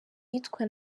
yitwa